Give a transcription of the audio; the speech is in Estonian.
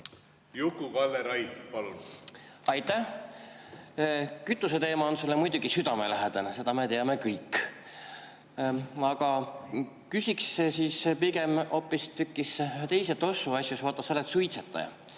Juku-Kalle Raid, palun! Aitäh! Kütuseteema on sulle muidugi südamelähedane, seda me teame kõik. Aga küsin pigem hoopistükkis teise tossu asjus. Vaata, sa oled suitsetaja.